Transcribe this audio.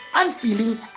unfeeling